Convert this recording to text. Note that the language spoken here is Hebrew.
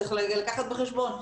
צריך לקחת בחשבון,